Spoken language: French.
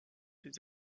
les